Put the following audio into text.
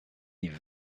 die